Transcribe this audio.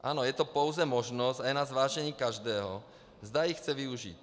Ano, je to pouze možnost a je na zvážení každého, zda ji chce využít.